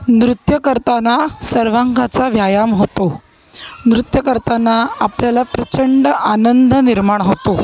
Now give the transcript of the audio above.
नृत्य करताना सर्वांगाचा व्यायाम होतो नृत्य करताना आपल्याला प्रचंड आनंद निर्माण होतो